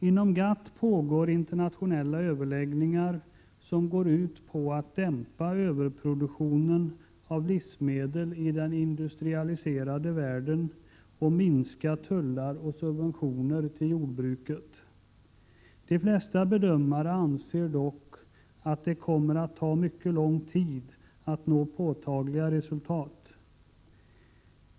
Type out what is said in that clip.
Inom GATT pågår internationella överläggningar som går ut på att dämpa överproduktionen av livsmedel i den industrialiserade världen och minska tullar och subventioner till jordbruket. De flesta bedömare anser dock att det kommer att ta mycket lång tid att nå påtagliga resultat.